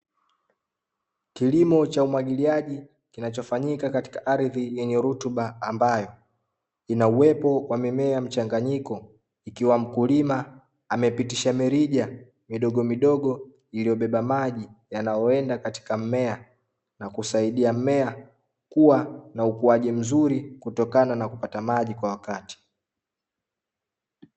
Kilimo cha umwagiliaji kinachofanyika katika ardhi yenye rutuba ambayo, ina uwepo wa mimea mchanganyiko ikiwa mkulima amepitisha mirija midogomidogo, iliyobeba maji yanayoenda katika mmea; na kusaidia mmea kuwa na ukuaji mzuri kutokana na kupata maji kwa wakati.